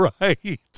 right